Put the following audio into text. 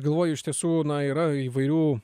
galvoju iš tiesų na yra įvairių